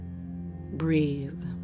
Breathe